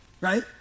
right